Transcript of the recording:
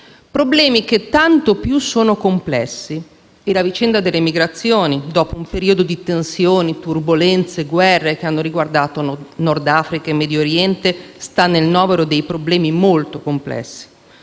Problemi che quanto più sono complessi (la vicenda delle emigrazioni, dopo un periodo di tensioni, turbolenze e guerre che hanno riguardato il Nord Africa e il Medio Oriente, rientra nel novero dei problemi molto complessi),